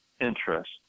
interest